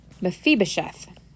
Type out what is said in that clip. Mephibosheth